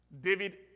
David